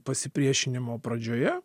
pasipriešinimo pradžioje